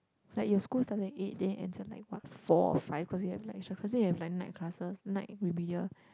like your school started at eight then ends and like what four or five cause you have like extra class then you have like night classes night remedial